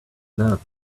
love